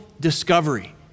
discovery